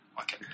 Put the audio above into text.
Okay